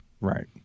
Right